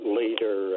later